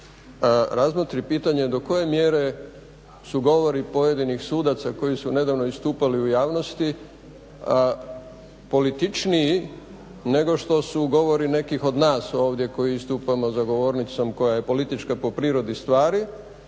razmotri pitanje do koje mjere su govori pojedinih sudaca koji su nedavno istupali u javnosti političniji nego što su govori nekih od nas ovdje koji istupamo za govornicom koja je politička po prirodi stvari